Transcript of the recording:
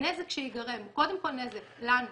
הנזק שייגרם הוא קודם כל נזק לנו,